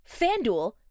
FanDuel